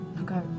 Okay